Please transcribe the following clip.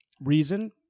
reason